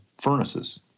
furnaces